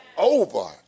Over